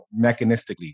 mechanistically